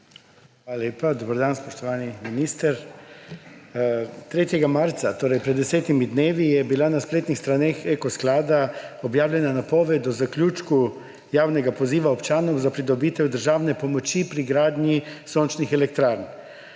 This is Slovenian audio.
Hvala lepa. Dober dan, spoštovani minister! 3. marca 2022, torej pred desetimi dnevi, je bila na spletnih straneh Eko sklada objavljena napoved o zaključku javnega poziva občanom za pridobitev državne pomoči pri gradnji sončnih elektrarn.